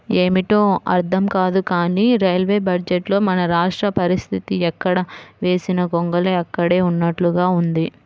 ఏమిటో అర్థం కాదు కానీ రైల్వే బడ్జెట్లో మన రాష్ట్ర పరిస్తితి ఎక్కడ వేసిన గొంగళి అక్కడే ఉన్నట్లుగా ఉంది